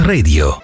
Radio